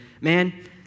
man